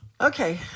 Okay